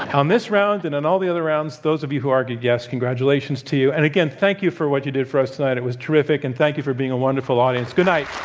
on this round and on and all the other rounds, those of you who argued yes, congratulations to you. and again, thank you for what you did for us tonight. it was terrific. and thank you for being a wonderful audience. good night.